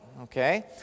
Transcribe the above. okay